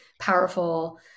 powerful